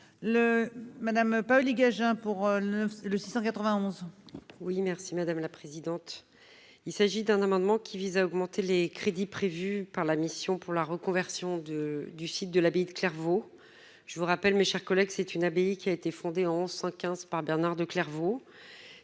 madame Paoli-Gagin pour le le 691. Oui merci madame la présidente, il s'agit d'un amendement qui vise à augmenter les crédits prévus par la mission pour la reconversion de du site de l'abbaye de Clairvaux, je vous rappelle, mes chers collègues, c'est une abbaye qui a été fondée en 115 par Bernard de Clervaux,